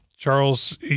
Charles